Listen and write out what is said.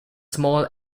small